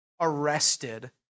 arrested